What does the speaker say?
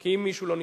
אם מישהו לא נמצא.